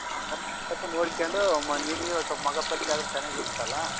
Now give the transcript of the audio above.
ಸ್ವಲ್ಪ ನೋಡ್ಕ್ಯಂಡೂ ಮ ನಿಮಗು ಸೊಪ್ಪ ಮುಖ ಪರಿಚಯ ಆದ್ರೆ ಚೆನ್ನಾಗಿರ್ತಲ್ಲ